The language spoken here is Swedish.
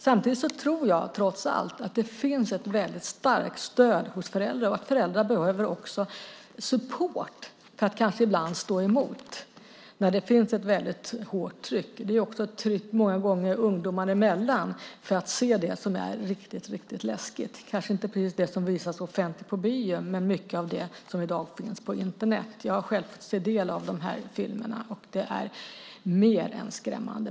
Samtidigt tror jag att det trots allt finns ett väldigt starkt stöd hos föräldrar och att föräldrar behöver support kanske för att ibland stå emot när det är ett väldigt hårt tryck. Många gånger är det också ett tryck ungdomar emellan när det gäller att se sådant som är riktigt riktigt läskigt - kanske inte precis det som visas offentligt på bio men mycket av det som i dag finns på Internet. Jag har själv fått ta del av sådana här filmer som är mer än skrämmande.